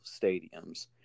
stadiums